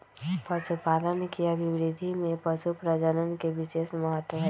पशुपालन के अभिवृद्धि में पशुप्रजनन के विशेष महत्त्व हई